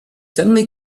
suddenly